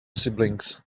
siblings